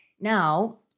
Now